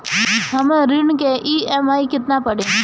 हमर ऋण के ई.एम.आई केतना पड़ी?